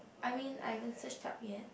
I mean I haven't search that yet